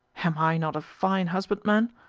am i not a fine husbandman?